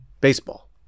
baseball